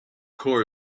core